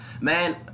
man